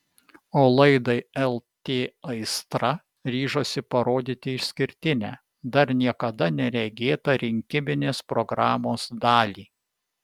o laidai lt aistra ryžosi parodyti išskirtinę dar niekada neregėtą rinkiminės programos dalį